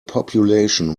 population